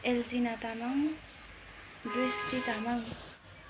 Aljina Tamang Drishti Tamang